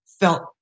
felt